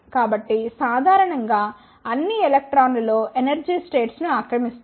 కాబట్టి సాధారణం గా అన్ని ఎలక్ట్రాన్లు లో ఎనర్జీ స్టేట్స్ ను ఆక్రమిస్తాయి